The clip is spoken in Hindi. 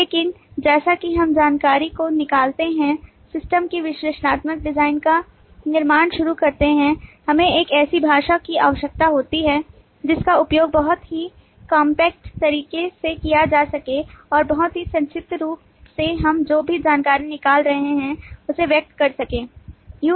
लेकिन जैसा कि हम जानकारी को निकालते हैं और सिस्टम के विश्लेषणात्मक डिजाइन का निर्माण शुरू करते हैं हमें एक ऐसी भाषा की आवश्यकता होती है जिसका उपयोग बहुत ही कॉम्पैक्ट तरीके से किया जा सके और बहुत ही संक्षिप्त रूप से हम जो भी जानकारी निकाल रहे हैं उसे व्यक्त कर सकें